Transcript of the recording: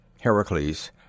Heracles